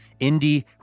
Indie